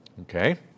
Okay